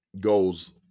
goes